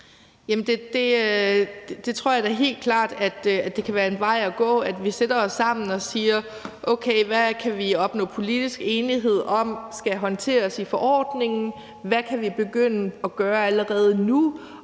Det tror jeg da helt klart kan være en vej at gå, altså at vi sætter os sammen og siger: Okay, hvad kan vi opnå politisk enighed om skal håndteres i forordningen? Hvad kan vi begynde at gøre allerede nu?